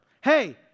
Hey